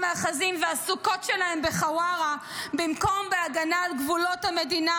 מאחזים והסוכות שלהם בחווארה במקום בהגנה על גבולות המדינה,